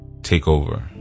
takeover